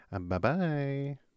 Bye-bye